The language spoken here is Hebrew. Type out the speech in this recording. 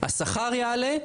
השכר יעלה,